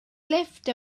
lifft